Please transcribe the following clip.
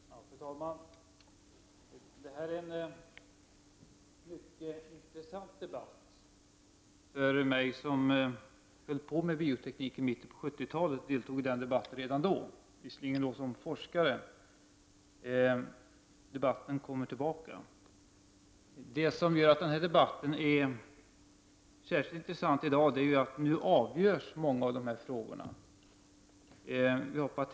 Fru talman! Det här är en mycket intressant debatt för mig som arbetade med bioteknik i mitten av 70-talet och deltog i debatten redan då, visserligen som forskare vid det tillfället. Debatten kommer tillbaka. Det som gör att den här debatten är särskilt intressant i dag är att många av dessa frågor avgörs nu.